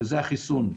וזה החיסון.